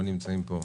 לא נמצאים פה,